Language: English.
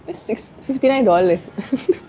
that's six fifty nine dollars